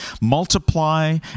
Multiply